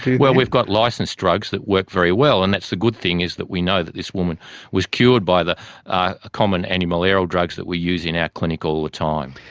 well, we've got licensed drugs that work very well and the good thing is that we know that this woman was cured by the ah common antimalarial drugs that we use in our clinic all the time.